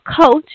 coach